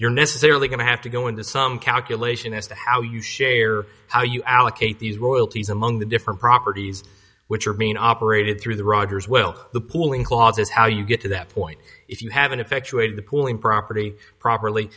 you're necessarily going to have to go into some calculation as to how you share how you allocate these royalties among the different properties which are being operate through the rogers well the pooling clause is how you get to that point if you haven't effectuated the pooling property properly